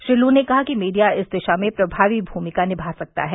Shri Lu ने कहा कि मीडिया इस दिशा में प्रभावी भूमिका निभा सकता है